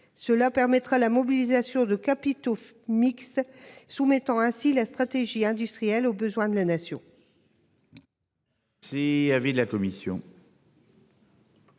Cela permettra la mobilisation de capitaux mixtes, soumettant ainsi la stratégie industrielle aux besoins de la Nation.